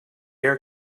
air